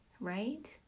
right